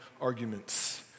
arguments